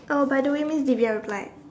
oh by the way miss Divya replied